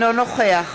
אינו נוכח